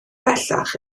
bellach